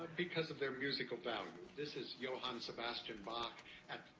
because of their musical value. this is johann sebastian bach at.